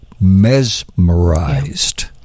mesmerized